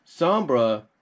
Sombra